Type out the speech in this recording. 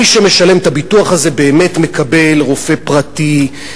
מי שמשלם את הביטוח הזה באמת מקבל רופא פרטי,